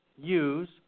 use